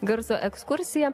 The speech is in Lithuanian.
garso ekskursiją